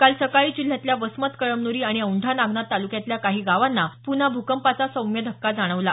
काल सकाळी जिल्ह्यातल्या वसमत कळम्न्री आणि औंढा नागनाथ तालुक्यातल्या काही गावांना पुन्हा भूकंपाचा सौम्य धक्का जाणवला